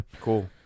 Cool